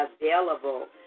available